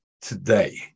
today